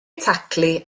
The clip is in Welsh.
taclu